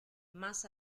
más